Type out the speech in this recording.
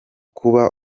kuba